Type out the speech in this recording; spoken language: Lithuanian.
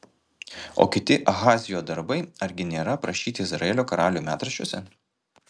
o kiti ahazijo darbai argi nėra aprašyti izraelio karalių metraščiuose